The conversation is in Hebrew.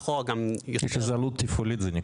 יש לזה עלות תפעולית.